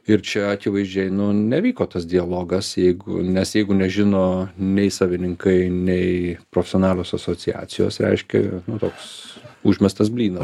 ir čia akivaizdžiai nu nevyko tas dialogas jeigu nes jeigu nežino nei savininkai nei profesionalios asociacijos reiškia nu toks užmestas blynas